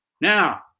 Now